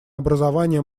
образование